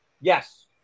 Yes